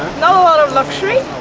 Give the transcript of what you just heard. not a lot of luxury